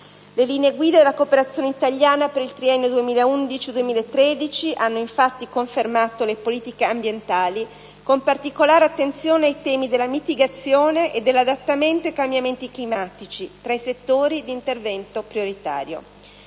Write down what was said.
Le linee guida della cooperazione italiana per il triennio 2011-2013 hanno infatti confermato le politiche ambientali, con particolare attenzione ai temi della mitigazione e dell'adattamento ai cambiamenti climatici, tra i settori di intervento prioritario.